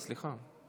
סליחה.